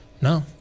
No